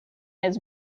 his